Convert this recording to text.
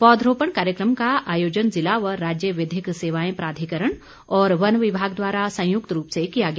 पौधरोपण कार्यक्रम का आयोजन जिला व राज्य विधिक सेवाएं प्राधिकरण और वन विभाग द्वारा संयुक्त रूप से किया गया